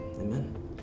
Amen